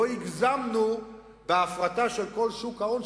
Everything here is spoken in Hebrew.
לא הגזמנו בהפרטה של כל שוק ההון,